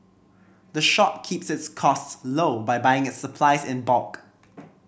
the shop keeps its costs low by buying its supplies in bulk